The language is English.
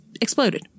exploded